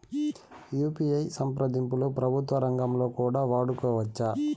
UPI సంప్రదింపులు ప్రభుత్వ రంగంలో కూడా వాడుకోవచ్చా?